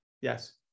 yes